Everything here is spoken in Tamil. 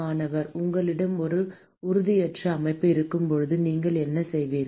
மாணவர் உங்களிடம் ஒரு உறுதியற்ற அமைப்பு இருக்கும்போது நீங்கள் என்ன செய்வீர்கள்